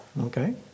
Okay